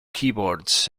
keyboards